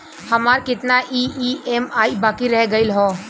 हमार कितना ई ई.एम.आई बाकी रह गइल हौ?